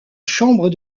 chambre